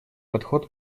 подход